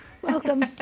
Welcome